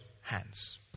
hands